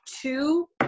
two